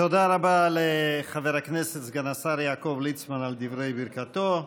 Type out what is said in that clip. תודה רבה לחבר הכנסת סגן השר יעקב ליצמן על דברי ברכתו.